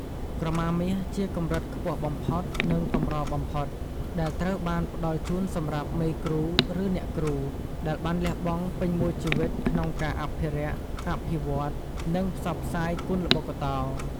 ក្រមាមាសជាកម្រិតខ្ពស់បំផុត និងកម្របំផុត ដែលត្រូវបានផ្ដល់ជូនសម្រាប់ មេគ្រូ ឬ អ្នកគ្រូ ដែលបានលះបង់ពេញមួយជីវិតក្នុងការអភិរក្ស អភិវឌ្ឍន៍ និងផ្សព្វផ្សាយគុនល្បុក្កតោ។